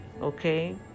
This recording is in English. okay